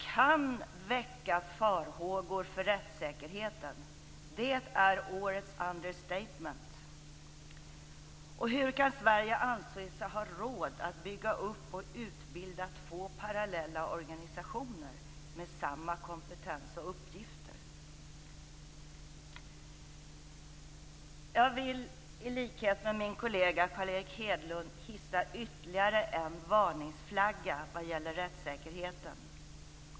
Kan väcka farhågor för rättssäkerheten - det är årets understatement. Hur kan Sverige anse sig ha råd att bygga upp och utbilda två parallella organisationer med samma kompetens och uppgifter? Jag vill, i likhet med min kollega Carl Erik Hedlund, hissa ytterligare en varningsflagga vad gäller rättssäkerheten.